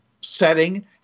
setting